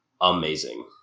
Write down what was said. amazing